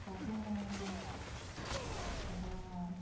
তাতো মই এটা